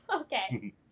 Okay